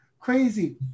crazy